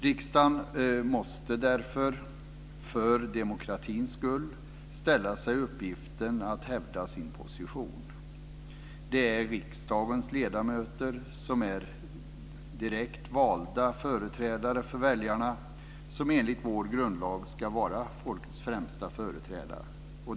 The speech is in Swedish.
Riksdagen måste därför för demokratins skull ställa sig uppgiften att hävda sin position. Det är riksdagens ledamöter, vilka är direkt valda företrädare för väljarna, som enligt vår grundlag ska vara folkets främsta företrädare.